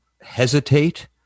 hesitate